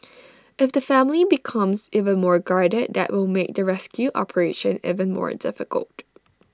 if the family becomes even more guarded that will make the rescue operation even more difficult